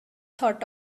thought